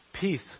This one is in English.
Peace